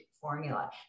formula